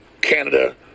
Canada